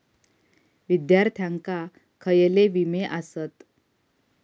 विद्यार्थ्यांका खयले विमे आसत?